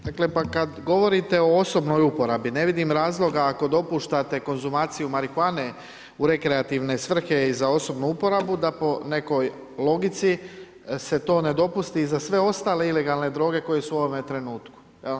Dakle, pa kad govorite o osobnoj uporabi, ne vidim razloga ako dopuštate konzumaciju marihuane u rekreativne svrhe i za osobnu uporabu, da po nekoj logici se to ne dopusti za sve ostale ilegalne droge koje su u ovome trenutku.